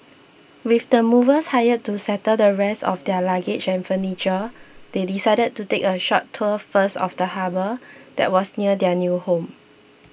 with the movers hired to settle the rest of their luggage and furniture they decided to take a short tour first of the harbour that was near their new home